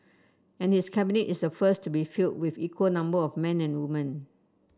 and his Cabinet is the first to be filled with equal number of man and woman